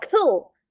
cool